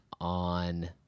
on